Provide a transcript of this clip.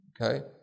Okay